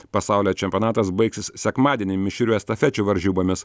pasaulio čempionatas baigsis sekmadienį mišrių estafečių varžybomis